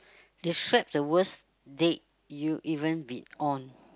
describe the worst date you even be on